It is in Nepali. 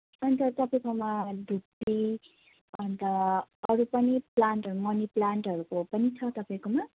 अन्त तपाईँकोमा धुप्पी अन्त अरू पनि प्लान्टहरू मनी प्लान्टहरूको पनि छ तपाईँकोमा